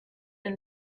been